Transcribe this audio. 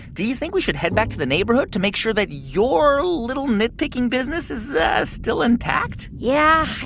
do you think we should head back to the neighborhood to make sure that your little nitpicking business is still intact? yeah,